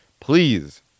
Please